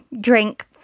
drink